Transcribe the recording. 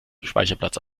speicherplatz